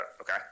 okay